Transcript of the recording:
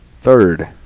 third